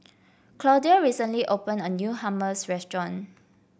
Claudia recently opened a new Hummus restaurant